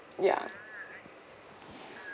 ya